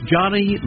Johnny